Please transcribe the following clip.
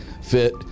fit